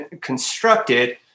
constructed